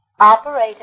Operator